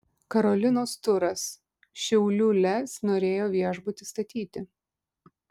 karolinos turas šiaulių lez norėjo viešbutį statyti